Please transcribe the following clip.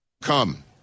come